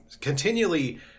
continually